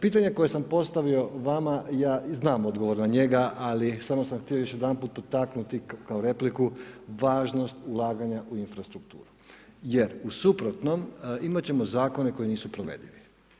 Pitanje koje sam postavio vama ja znam odgovor na njega ali samo sam htio još jedanput potaknuti kao repliku važnost ulaganja u infrastrukturu jer u suprotnom imat ćemo zakone koji nisu provedivi.